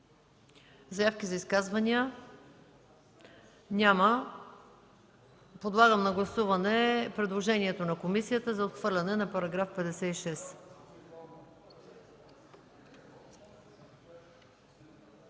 заявки за изказвания? Няма. Подлагам на гласуване предложението на комисията за отхвърляне на § 56.